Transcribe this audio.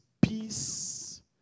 peace